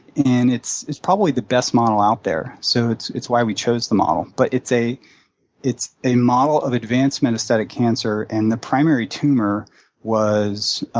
and it's it's probably the best model out there, so it's it's why we chose the model. but it's a it's a model of advanced metastatic cancer. and the primary tumor